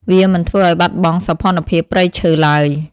វាមិនធ្វើឱ្យបាត់បង់សោភ័ណភាពព្រៃឈើឡើយ។